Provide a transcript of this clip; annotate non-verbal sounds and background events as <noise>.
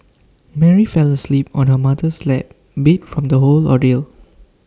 <noise> Mary fell asleep on her mother's lap beat from the whole ordeal